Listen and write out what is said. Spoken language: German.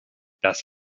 das